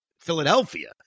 Philadelphia